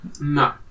no